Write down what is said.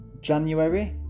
January